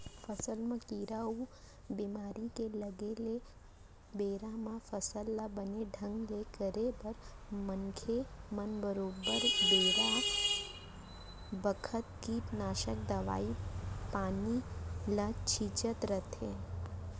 फसल म कीरा अउ बेमारी के लगे ले बेरा म फसल ल बने ढंग ले करे बर मनसे मन बरोबर बेरा बखत कीटनासक दवई पानी ल छींचत रथें